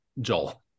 Joel